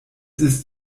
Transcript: ist